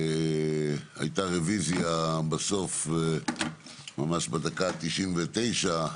אבל הייתה רוויזיה ממש בדקה ה-99,